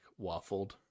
waffled